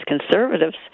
Conservatives